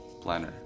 planner